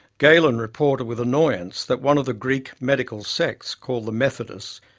galen reported with annoyance that one of the greek medical sects, called the methodists,